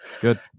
Good